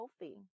healthy